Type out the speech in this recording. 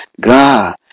God